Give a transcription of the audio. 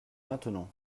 maintenant